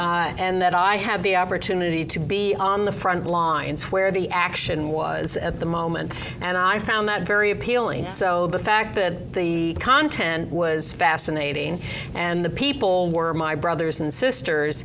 fight and that i had the opportunity to be on the front lines where the action was at the moment and i found that very appealing so the fact that the content was fascinating and the people were my brothers and sisters